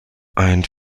ein